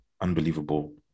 Unbelievable